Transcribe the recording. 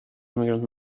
immigrant